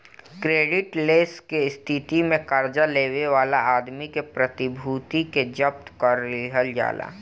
credit less के स्थिति में कर्जा लेवे वाला आदमी के प्रतिभूति के जब्त कर लिहल जाला